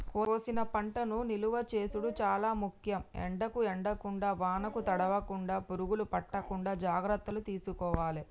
కోసిన పంటను నిలువ చేసుడు చాల ముఖ్యం, ఎండకు ఎండకుండా వానకు తడవకుండ, పురుగులు పట్టకుండా జాగ్రత్తలు తీసుకోవాలె